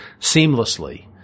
seamlessly